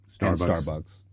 Starbucks